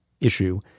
issue